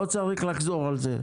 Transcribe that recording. לא צריך לחזור עליו.